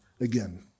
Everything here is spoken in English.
again